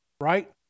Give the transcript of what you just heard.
right